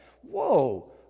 Whoa